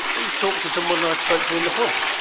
he talked to someone i'd spoke to in the pub.